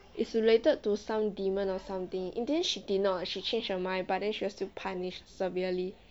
is related to some demon or something in the end she did not she changed her mind but then she has to punish severely